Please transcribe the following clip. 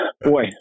boy